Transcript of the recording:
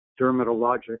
dermatologic